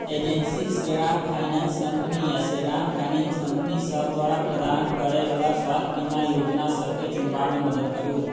agency Shriram finance company आओर Shriram finance company सब द्वारा प्रदान करैवला स्वास्थ्य बीमा योजना सबकेँ चुनबामे मदद करू